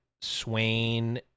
Swain